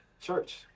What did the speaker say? Church